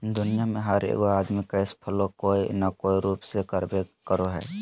दुनिया में हर एगो आदमी कैश फ्लो कोय न कोय रूप में करबे करो हइ